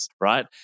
right